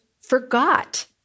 forgot